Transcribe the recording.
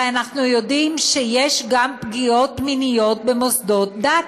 הרי אנחנו יודעים שיש פגיעות מיניות גם במוסדות דת,